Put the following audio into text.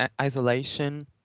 isolation